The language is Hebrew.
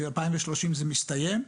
ב-2030 זה מסתיים.